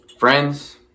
Friends